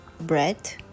bread